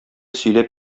сөйләп